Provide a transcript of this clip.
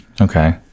Okay